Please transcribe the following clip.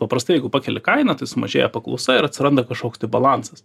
paprastai jeigu pakeli kainą tai sumažėja paklausa ir atsiranda kašoks balansas